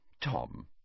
Tom—